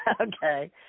okay